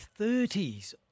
30s